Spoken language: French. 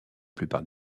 plupart